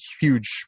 huge